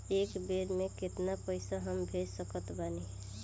एक बेर मे केतना पैसा हम भेज सकत बानी?